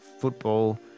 football